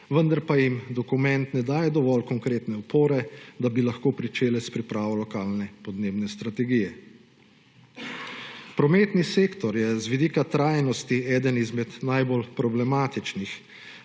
vendar pa jim dokument ne daje dovolj konkretne opore, da bi lahko pričela s pripravo lokalne podnebne strategije. Prometni sektor je z vidika trajnosti eden izmed najbolj problematičnih,